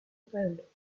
pueblo